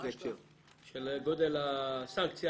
של גודל הסנקציה